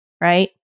Right